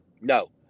No